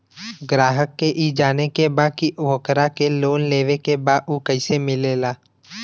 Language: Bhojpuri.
ग्राहक के ई जाने के बा की ओकरा के लोन लेवे के बा ऊ कैसे मिलेला?